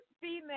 female